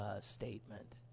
statement